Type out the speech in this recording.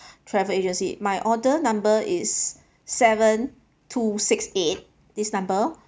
travel agency my order number is seven two six eight this number